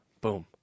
Boom